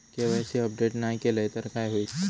KYC update नाय केलय तर काय होईत?